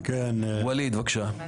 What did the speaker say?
ווליד, בבקשה.